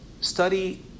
study